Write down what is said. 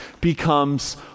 becomes